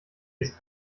ist